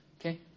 Okay